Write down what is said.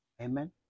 Amen